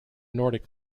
nordic